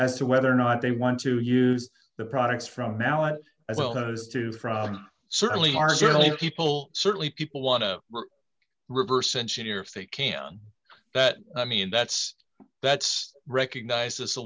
as to whether or not they want to use the products from now on as well those two from certainly are certainly people certainly people want to reverse engineer if they can that i mean that's that's recognized a